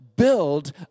build